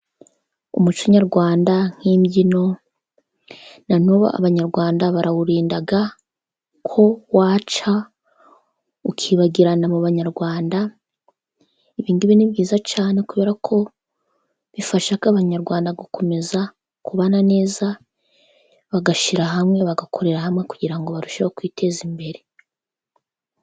Umuco nyarwanda nk'imbyino, na n'ubu abanyarwanda barawurinda ko waca ukibagirana mu banyarwanda, ibi ni byiza cyane kubera ko bifasha abanyarwanda gukomeza kubana neza bagashyira hamwe bagakorera hamwe kugira barusheho kwiteza imbere.